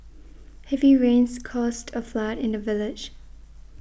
heavy rains caused a flood in the village